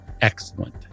excellent